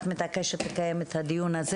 את מתעקשת לקיים את הדיון הזה.